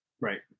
Right